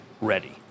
ready